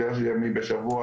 יותר ימים בשבוע,